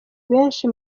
benshi